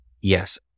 Yes